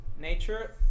nature